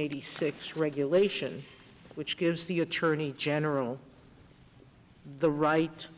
eighty six regulation which gives the attorney general the right